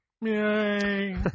Yay